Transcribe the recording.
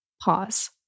pause